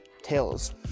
tails